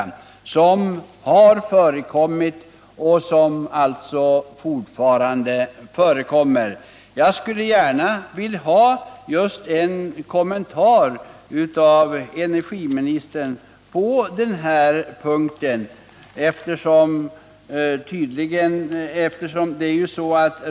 En sådan har förekommit och Fredagen den förekommer alltså fortfarande. Jag skulle gärna vilja att energiministern 17 november 1978 lämnar en kommentar på den här punkten.